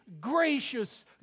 gracious